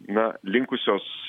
na linkusios